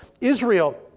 Israel